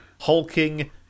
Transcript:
hulking